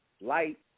Light